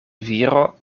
viro